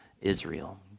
Israel